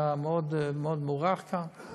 היה מאוד מוערך כאן,